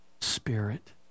Spirit